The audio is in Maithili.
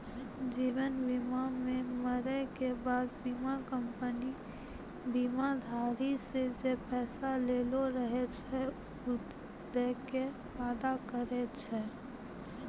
जीवन बीमा मे मरै के बाद बीमा कंपनी बीमाधारी से जे पैसा लेलो रहै छै उ दै के वादा करै छै